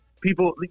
people